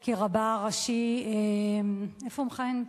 מתפקידו כרבה הראשי, איפה הוא מכהן?